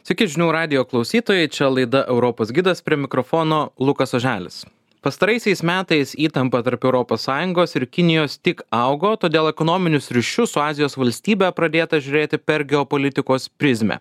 sveiki žinių radijo klausytojai čia laida europos gidas prie mikrofono lukas oželis pastaraisiais metais įtampa tarp europos sąjungos ir kinijos tik augo todėl į ekonominius ryšius su azijos valstybe pradėta žiūrėti per geopolitikos prizmę